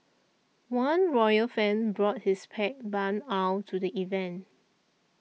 one royal fan brought his pet barn owl to the event